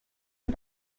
and